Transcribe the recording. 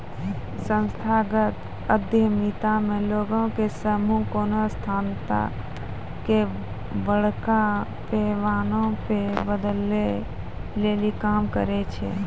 संस्थागत उद्यमिता मे लोगो के समूह कोनो संस्था के बड़का पैमाना पे बदलै लेली काम करै छै